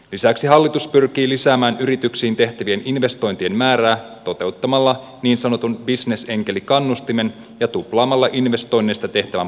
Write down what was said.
lisäksi hallitus pyrkii lisäämään yrityksiin tehtävien investointien määrää toteuttamalla niin sanotun bisnesenkelikannustimen ja tuplaamalla investoinneista tehtävän poisto oikeuden